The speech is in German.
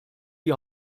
die